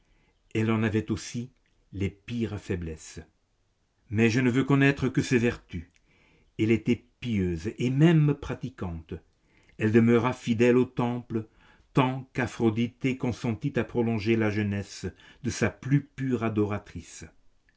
elle en avait aussi les pires faiblesses mais je ne veux connaître que ses vertus elle était pieuse et même pratiquante elle demeura fidèle au temple tant qu'aphroditê consentit à prolonger la jeunesse de sa plus pure adoratrice